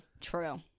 True